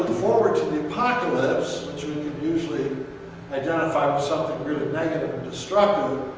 forward to the apocalypse, which we usually identify as something really negative and destructive,